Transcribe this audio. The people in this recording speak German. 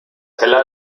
heller